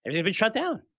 and had been shut down.